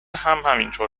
همینطور